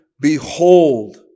behold